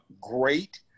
great